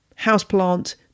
houseplant